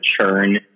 churn